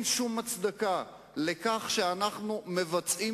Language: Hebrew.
ה-107 נראה מוזר.